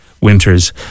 winters